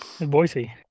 Boise